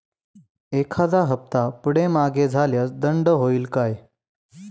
एखादा हफ्ता पुढे मागे झाल्यास दंड होईल काय?